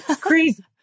crazy